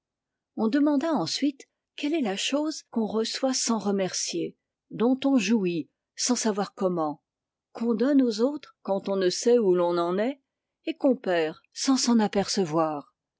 on demanda ensuite quelle est la chose qu'on reçoit sans remercier dont on jouit sans savoir comment qu'on donne aux autres quand on ne sait où l'on en est et qu'on perd sans s'en apercevoir